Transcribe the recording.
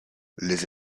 les